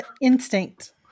Instinct